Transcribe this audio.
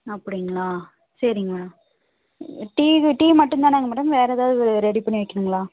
அப்படிங்களா சரிங்க tea tea மட்டும் தானேங்க மேடம் வேறு ஏதாவது ரெடி பண்ணி வைக்கணும்ங்களா